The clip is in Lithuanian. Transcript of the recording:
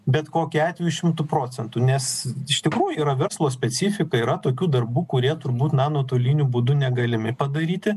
bet kokiu atveju šimtu procentų nes iš tikrųjų yra verslo specifika yra tokių darbų kurie turbūt na nuotoliniu būdu negalimi padaryti